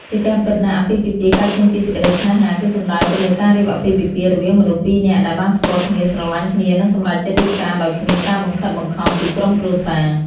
ជាការពិតណាស់ អាពាហ៍ពិពាហ៍កើតចេញពីសេចក្តីស្នេហា គឺសំដៅទៅលើការរៀបអាពាហ៍ពិពាហ៍រវាងមនុស្សពីរនាក់ដែលបានស្គាល់គ្នា ស្រលាញ់គ្នា និងសម្រេចចិត្តរៀបការដោយគ្មានការបង្ខិតបង្ខំពីក្រុមគ្រួសារ។